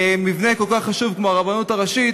מבנה כל כך חשוב כמו הרבנות הראשית,